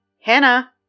Hannah